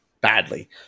badly